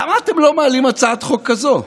למה אתם לא מעלים הצעת חוק כזאת?